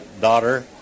daughter